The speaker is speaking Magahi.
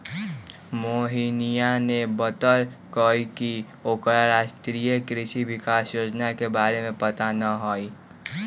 मोहिनीया ने बतल कई की ओकरा राष्ट्रीय कृषि विकास योजना के बारे में पता ना हई